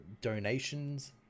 donations